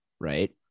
right